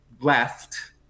left